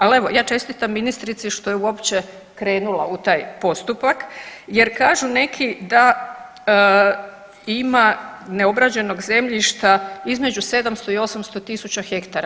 Ali evo ja čestitam ministrici što je uopće krenula u taj postupak jer kažu neki da ima neobrađenog zemljišta između 700 i 800.000 hektara.